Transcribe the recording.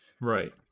Right